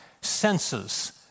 senses